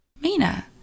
Mina